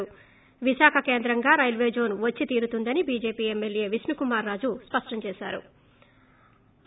ి విశాఖ కేంద్రంగా railway zone వచ్చి తీరుతుందని బీజేపి ఎమ్మెల్యే విష్ణుకుమార్ రాజు స్పష్టం చేశారు